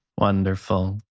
Wonderful